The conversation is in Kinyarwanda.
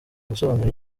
gusobanura